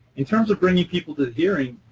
in terms of bringing people to the hearing,